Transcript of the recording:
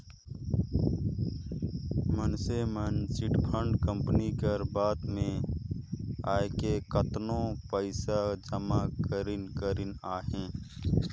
मइनसे मन chit fund company कर बात में आएके केतनो पइसा जमा करिन करिन अहें